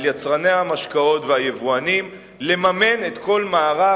על יצרני המשקאות והיבואנים לממן את כל מערך